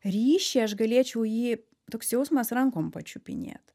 ryšį aš galėčiau jį toks jausmas rankom pačiupinėt